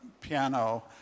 piano